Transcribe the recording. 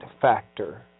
factor